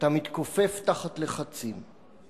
שאתה מתכופף תחת לחצים,